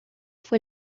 fue